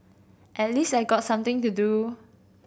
at least I got something to do